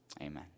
amen